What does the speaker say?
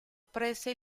prese